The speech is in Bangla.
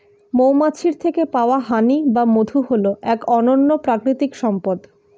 মৌমাছির থেকে পাওয়া হানি বা মধু হল এক অনন্য প্রাকৃতিক সম্পদ